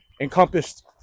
encompassed